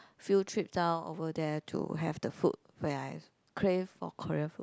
field trip down over there to have the food when I crave for Korean food